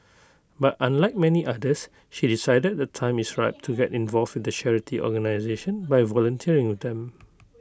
but unlike many others she decided the time is ripe to get involved with the charity organisation by volunteering with them